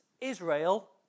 Israel